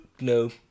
no